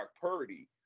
Purdy